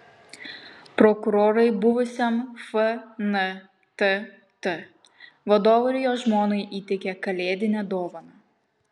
prokurorai buvusiam fntt vadovui ir jo žmonai įteikė kalėdinę dovaną